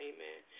Amen